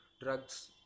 drugs